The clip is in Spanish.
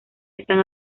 están